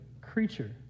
creature